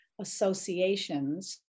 associations